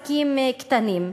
ממוצא פלסטיני,